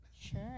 Sure